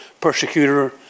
persecutor